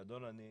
ברור מאליו